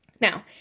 Now